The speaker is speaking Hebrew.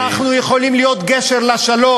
מו"פ, חבר'ה, כל העולם רוצה לקנות מאתנו